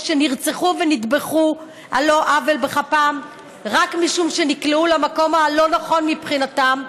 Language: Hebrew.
שנרצחו ונטבחו על לא עוול בכפם רק משום שנקלעו למקום הלא-נכון מבחינתם.